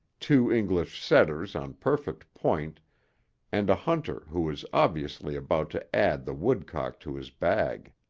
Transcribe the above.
two english setters on perfect point and a hunter who was obviously about to add the woodcock to his bag.